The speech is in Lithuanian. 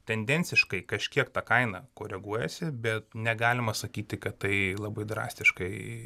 tendenciškai kažkiek ta kaina koreguojasi bet negalima sakyti kad tai labai drastiškai